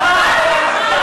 ממך.